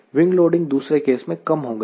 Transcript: wing loading दूसरे case में कम हो गई